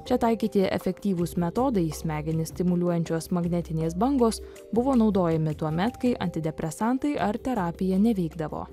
čia taikyti efektyvūs metodai smegenis stimuliuojančios magnetinės bangos buvo naudojami tuomet kai antidepresantai ar terapija neveikdavo